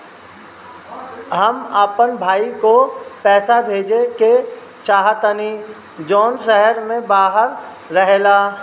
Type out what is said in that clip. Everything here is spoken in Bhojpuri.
हम अपन भाई को पैसा भेजे के चाहतानी जौन शहर से बाहर रहेला